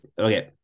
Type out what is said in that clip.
okay